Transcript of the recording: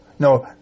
No